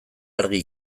argi